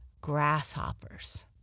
grasshoppers